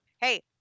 Hey